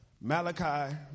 Malachi